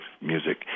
music